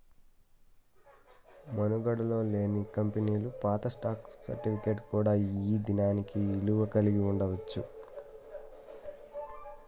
మనుగడలో లేని కంపెనీలు పాత స్టాక్ సర్టిఫికేట్ కూడా ఈ దినానికి ఇలువ కలిగి ఉండచ్చు